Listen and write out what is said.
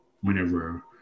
whenever